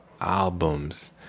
albums